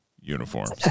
uniforms